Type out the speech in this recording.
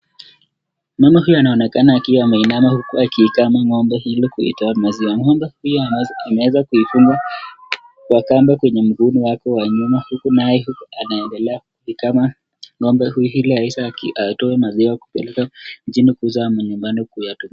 Mama huyu anaonekana akiwa ameinama huku akiikama ng'ombe ili kuitoa maziwa. Ng'ombe huyu ameweza kuifunga kwa kamba kwenye mguuni wake wa nyuma huku naye anaendelea kuikama ng'ombe huyu ili aweze atoe maziwa kupeleka mjini kuuza ama nyumbani kuyatumia.